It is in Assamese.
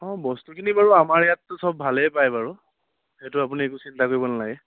অঁ বস্তুখিনি বাৰু আমাৰ ইয়াততো চব ভালেই পায় বাৰু সেইটো আপুনি একো চিন্তা কৰিব নালাগে